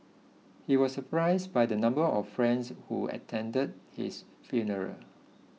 he was surprised by the number of friends who attended his funeral